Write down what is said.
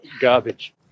garbage